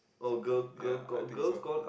sometimes ya I think so